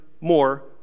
more